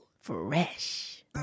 Fresh